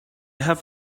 have